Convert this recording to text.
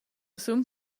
sun